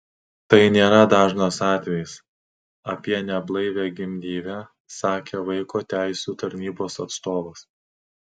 tai nėra dažnas atvejis apie neblaivią gimdyvę sakė vaiko teisių tarnybos atstovas